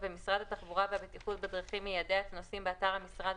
מי בעד סעיף 13?